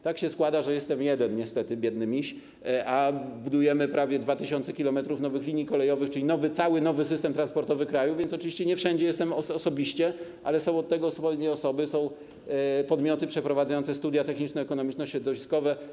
Tak się składa, że jestem niestety jeden, biedny miś, a budujemy prawie 2 tys. km nowych linii kolejowych, czyli cały nowy system transportowy kraju, więc oczywiście nie wszędzie jestem osobiście, ale są od tego odpowiednie osoby, są podmioty przeprowadzające studia techniczno-ekonomiczno-środowiskowe.